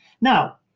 Now